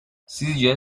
sizce